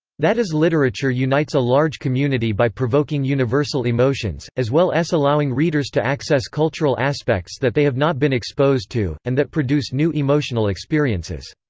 that is literature unites a large community by provoking universal emotions, as well s allowing readers to access cultural aspects that they have not been exposed to, and that produce new emotional experiences.